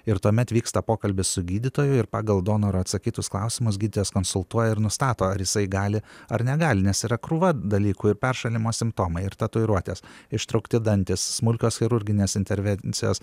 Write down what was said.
ir tuomet vyksta pokalbis su gydytoju ir pagal donoro atsakytus klausimus gydytojas konsultuoja ir nustato ar jisai gali ar negali nes yra krūva dalykų ir peršalimo simptomai ir tatuiruotės ištraukti dantys smulkios chirurginės intervencijos